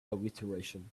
alliteration